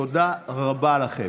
תודה רבה לכם.